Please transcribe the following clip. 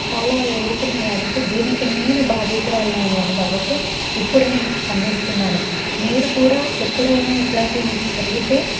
చాలా జరుగుతున్నాయి కాబట్టి దీనికి నేను బాధితురాలును అయ్యాను కాబట్టి ఇప్పుడు నేను స్పందిస్తున్నాను మీరు కూడా ఎప్పుడైనా ఇట్లాంటి మీకు జరుగుతే